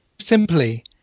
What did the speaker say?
simply